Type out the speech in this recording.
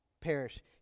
perish